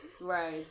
Right